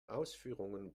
ausführungen